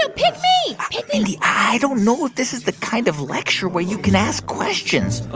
so pick me mindy, i don't know if this is the kind of lecture where you can ask questions